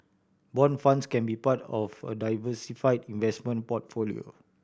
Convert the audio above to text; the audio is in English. bond funds can be part of a diversified investment portfolio